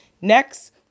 Next